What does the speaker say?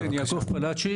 כן, יעקב פלאצ'י.